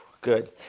Good